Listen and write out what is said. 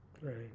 Right